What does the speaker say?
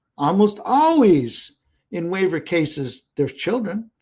almost always in waiver cases, there are children.